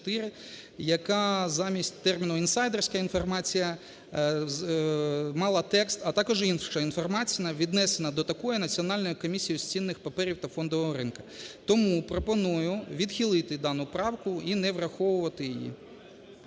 яка замість терміну "інсайдерська інформація" мала текст: "а також інша інформація, віднесена до такої Національної комісії з цінних паперів та фондового ринку." Тому пропоную відхилити дану правку і не враховувати її.